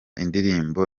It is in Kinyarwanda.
indirimbo